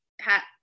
hat